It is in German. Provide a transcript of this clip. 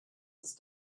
ist